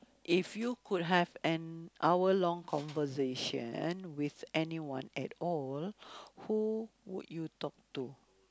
if you could have an hour long conversation with anyone at all who would you talk to